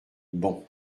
bon